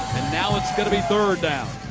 and now it's going to be third down.